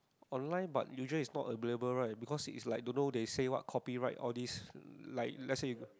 online but usually is not available right because it's like don't know they say what copyright all this like let's say you